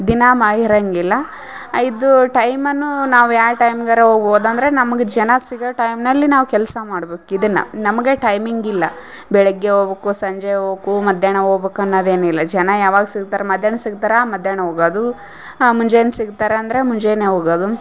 ದಿನ ಮಾ ಇರಂಗಿಲ್ಲ ಇದು ಟೈಮನ್ನೂ ನಾವು ಯಾವ ಟೈಮ್ಗರ ಹೋಬೋದ್ ಅಂದರೆ ನಮ್ಗೆ ಜನ ಸಿಗಾ ಟೈಮ್ನಲ್ಲಿ ನಾವು ಕೆಲಸ ಮಾಡ್ಬೇಕು ಇದನ್ನ ನಮ್ಗೆ ಟೈಮಿಂಗಿಲ್ಲ ಬೆಳಗ್ಗೆ ಹೋಬಕು ಸಂಜೆ ಹೋಬಕು ಮಧ್ಯಾಹ್ನ ಹೋಬಕು ಅನ್ನದು ಏನು ಇಲ್ಲ ಜನ ಯಾವಾಗ ಸಿಕ್ತಾರ ಮಧ್ಯಾಹ್ನ ಸಿಕ್ತಾರಾ ಮಧ್ಯಾಹ್ನ ಹೋಗದೂ ಮುಂಜಾನೆ ಸಿಕ್ತಾರ ಅಂದರೆ ಮುಂಜಾನೆ ಹೋಗದು